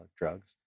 drugs